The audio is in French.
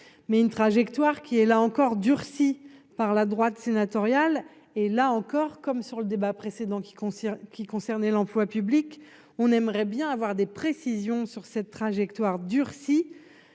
mais une trajectoire qui est là encore durci par la droite sénatoriale et là encore, comme sur le débat précédent qui concerne qui concernait l'emploi public, on aimerait bien avoir des précisions sur cette trajectoire durcit